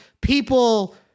people